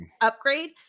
upgrade